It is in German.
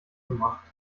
gemacht